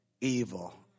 evil